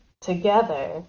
together